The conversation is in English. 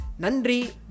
nandri